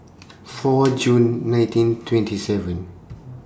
four June nineteen twenty seven